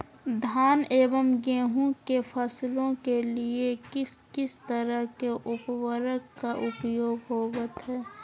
धान एवं गेहूं के फसलों के लिए किस किस तरह के उर्वरक का उपयोग होवत है?